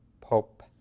Pope